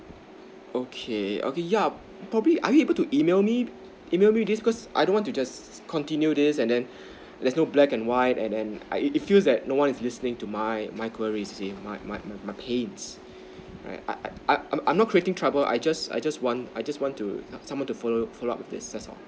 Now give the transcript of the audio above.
okay okay yup probably are you able to email me email me this cause I don't want to just continue this and then there's no black and white and then it it it feels that no one is listening to my my queries you see my my my my my pains right I I I I'm not creating trouble I just I just want I just want to someone to follow follow up with this that's all